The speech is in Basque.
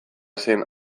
zen